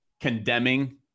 condemning